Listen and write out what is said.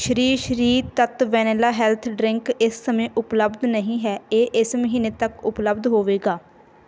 ਸ਼੍ਰੀ Shri Tattva vanilla health drink ਇਸ ਸਮੇਂ ਉਪਲੱਬਧ ਨਹੀਂ ਹੈ ਇਹ ਇਸ ਮਹੀਨੇ ਤੱਕ ਉਪਲੱਬਧ ਹੋਵੇਗਾ